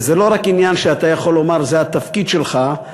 וזה לא רק עניין שאתה יכול לומר שזה התפקיד שלך,